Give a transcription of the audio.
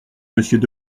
monsieur